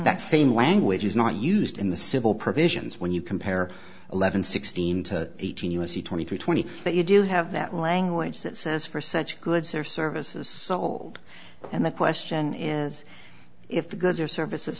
that same language is not used in the civil provisions when you compare eleven sixteen to eighteen u s c twenty three twenty that you do have that language that says for such goods or services sold and the question is if the goods or service